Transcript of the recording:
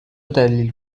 دلیل